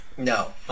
No